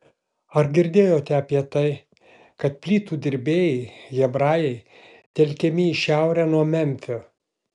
ar girdėjote apie tai kad plytų dirbėjai hebrajai telkiami į šiaurę nuo memfio